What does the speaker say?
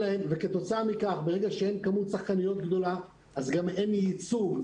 ברגע שאין כמות שחקניות גדולה אז גם אין ייצוג.